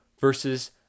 versus